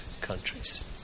countries